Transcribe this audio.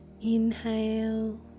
Inhale